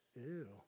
Ew